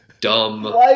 dumb